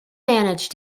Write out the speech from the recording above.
manage